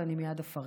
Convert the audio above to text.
ואני מייד אפרט.